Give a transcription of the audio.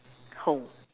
home